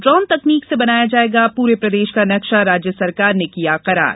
drone तकनीक से बनाया जायेगा पूरे प्रदेश का नक्शा राज्य सरकार ने किया करार